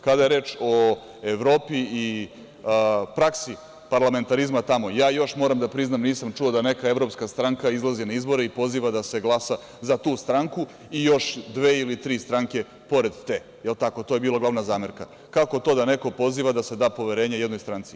Kada je reč o Evropi i praksi parlamentarizma, ja još moram da priznam nisam čuo da neka evropska stranka izlazi na izbore i poziva da se glasa za tu stranku, i još dve ili tri stranke pored te, jel tako, to je bila glavna zamerka - kako to da neko poziva da se da poverenje jednoj stranci.